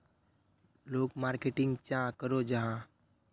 लोग मार्केटिंग चाँ करो जाहा?